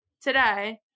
today